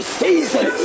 season